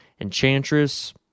Enchantress